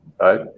right